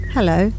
Hello